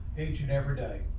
each and every day.